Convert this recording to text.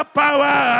power